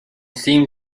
seem